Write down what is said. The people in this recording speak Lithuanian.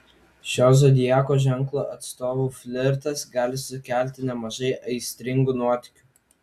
šio zodiako ženklo atstovų flirtas gali sukelti nemažai aistringų nuotykių